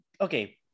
okay